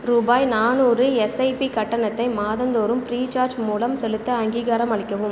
ரூபாய் நானூறு எஸ்ஐபி கட்டணத்தை மாதந்தோறும் ஃப்ரீ சார்ஜ் மூலம் செலுத்த அங்கீகாரம் அளிக்கவும்